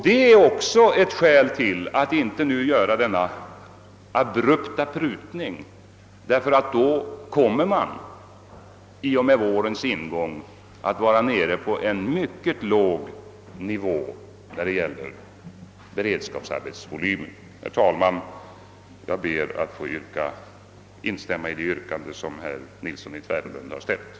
Detta är ytterligare ett skäl till att inte göra denna abrupta prutning, som skulle innebära att volymen av beredskapsarbeten skulle komma att ligga på en mycket låg nivå vid vårens ingång. Herr talman! Jag ber att få instämma i det yrkande som herr Nilsson i Tvärålund har framställt.